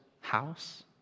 house